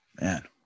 man